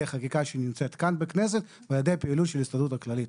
חקיקה בכנסת ועל-ידי הפעילות של ההסתדרות הכללית.